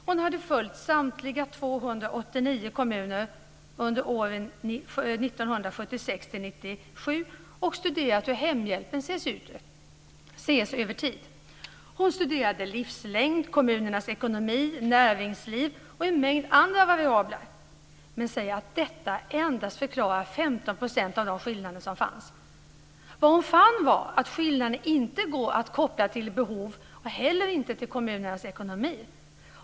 Hon har följt samtliga 289 kommuner under åren 1976-1997 och studerat hur hemhjälp ges över tid. Gun-Britt Trydegård studerade livslängd, kommunernas ekonomi, näringsliv och en mängd andra variabler. Men hon säger att detta förklarade endast Vad Gun-Britt Trydegård fann var att skillnaderna inte går att koppla till behov och inte heller till kommunernas ekonomi.